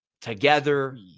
together